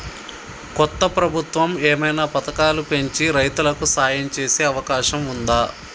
కొత్త ప్రభుత్వం ఏమైనా పథకాలు పెంచి రైతులకు సాయం చేసే అవకాశం ఉందా?